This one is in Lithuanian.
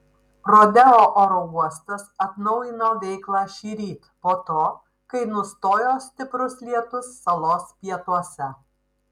rodeo oro uostas atnaujino veiklą šįryt po to kai nustojo stiprus lietus salos pietuose